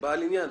בעל עניין.